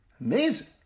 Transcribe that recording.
Amazing